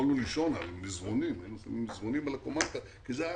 היינו שמים מזרונים על הקומנדקר כי זה היה